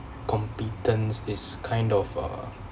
competence is kind of uh